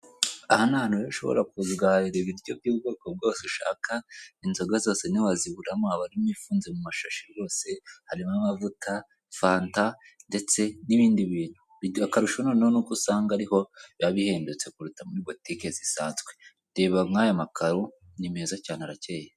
aha ahantu rero ushobora kuza ugaharira ibiryo by'ubwoko bwose ushaka, inzoga zose ntiwaziburamo abaririmo ifunze mu mashashi bose harimo amavuta, fanta ndetse n'ibindi bintu, bikaba akarusho noneho nuko usanga ariho biba bihendutse kuruta muri butike zisanzwe reba nk'aya makaro ni meza cyane arakeyeye.